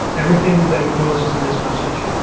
everything then goes to this message.